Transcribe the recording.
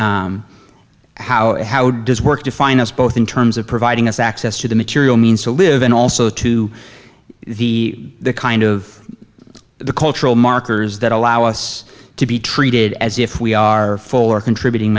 it how does work define us both in terms of providing us access to the material means to live and also to the kind of the cultural markers that allow us to be treated as if we are for contributing